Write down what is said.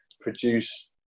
produce